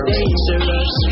Dangerous